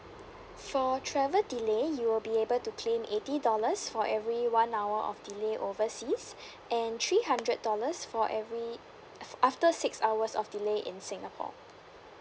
for travel delay you will be able to claim eighty dollars for every one hour of delay overseas and three hundred dollars for every af~ after six hours of delay in singapore